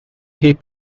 hip